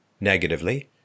negatively